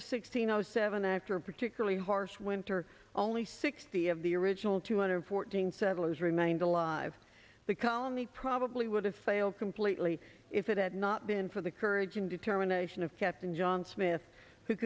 of sixteen zero seven after a particularly harsh winter only sixty of the original two hundred fourteen settlers remained alive the colony probably would have failed completely if it had not been for the courage and determination of captain john smith who